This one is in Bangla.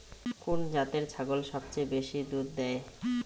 কুন জাতের ছাগল সবচেয়ে বেশি দুধ দেয়?